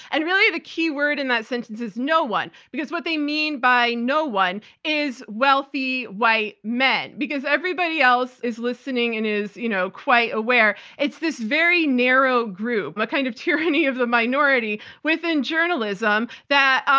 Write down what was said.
and really, the key word in that sentence is no one, because what they mean by no one is wealthy, white men, because everybody else is listening and is, you know, quite aware. it's this very narrow group, a kind of tyranny of the minority within journalism that,